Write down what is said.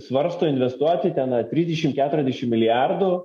svarsto investuoti ten trisdešim keturiasdešim milijardų